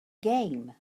game